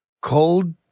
Cold